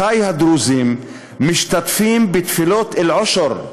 אחי הדרוזים, משתתפים בתפילות אל-עושר,